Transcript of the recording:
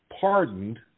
pardoned